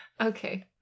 Okay